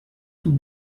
sous